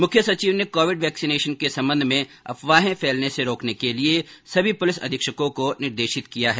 मुख्य सचिव ने कोविड वैक्सीनेशन के संबंध में अफवाहें फैलने से रोकने के लिए सभी पुलिस अधीक्षकों को निर्देशित किया है